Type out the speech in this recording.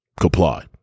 comply